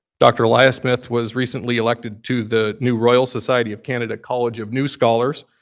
dr. eliasmith was recently elected to the new royal society of canada college of new scholars,